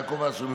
יעקב אשר,